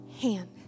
hand